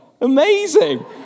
Amazing